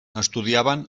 estudiaven